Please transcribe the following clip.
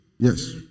Yes